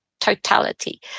totality